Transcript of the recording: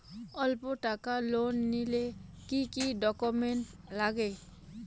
অল্প টাকার লোন নিলে কি কি ডকুমেন্ট লাগে?